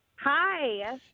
Hi